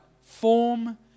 form